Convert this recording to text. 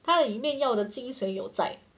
他里面要的精髓有在